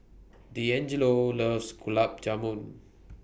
Deangelo loves Gulab Jamun